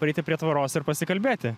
prieiti prie tvoros ir pasikalbėti